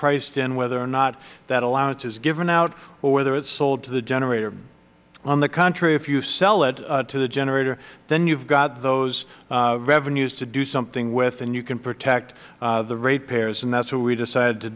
priced in whether or not that allowance is given out or whether it is sold to the generator on the contrary if you sell it to the generator then you've got those revenues to do something with and you can protect the ratepayers and that's what we decided to